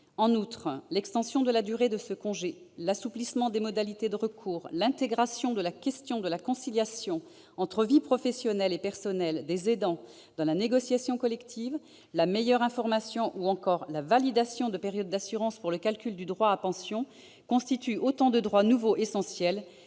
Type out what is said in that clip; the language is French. ailleurs, l'extension de la durée du congé, l'assouplissement des modalités de recours, l'intégration de la conciliation des vies personnelle et professionnelle des aidants dans la négociation collective, la meilleure information et la validation de périodes d'assurance pour le calcul des droits à pension sont autant de droits nouveaux essentiels